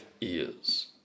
ears